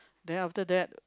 then after that